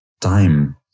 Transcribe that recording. time